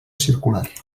circular